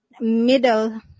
middle